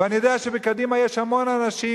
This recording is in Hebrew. ואני יודע שבקדימה יש המון אנשים,